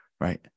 right